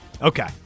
okay